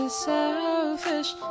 Selfish